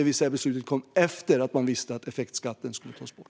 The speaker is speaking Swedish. Beslutet kom alltså efter att man visste att effektskatten skulle tas bort.